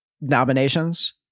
nominations